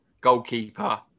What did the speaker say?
goalkeeper